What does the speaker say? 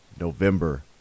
November